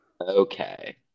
Okay